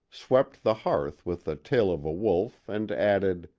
swept the hearth with the tail of a wolf, and added